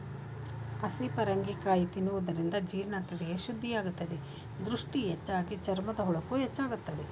ಹಸಿ ಪರಂಗಿ ಕಾಯಿ ತಿನ್ನುವುದರಿಂದ ಜೀರ್ಣಕ್ರಿಯೆ ಶುದ್ಧಿಯಾಗುತ್ತದೆ, ದೃಷ್ಟಿ ಹೆಚ್ಚಾಗಿ, ಚರ್ಮದ ಹೊಳಪು ಹೆಚ್ಚಾಗುತ್ತದೆ